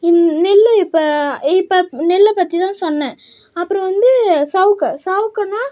நெல்லு இப்போ இப்போ நெல்லை பற்றி தான் சொன்னேன் அப்புறம் வந்து சவுக்கு சவுக்கன்னா